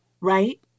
right